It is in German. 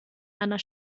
einer